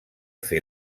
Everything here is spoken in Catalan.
fer